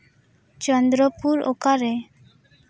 ᱪᱚᱱᱫᱨᱚᱯᱩᱨ ᱚᱠᱟᱨᱮ